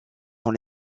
dans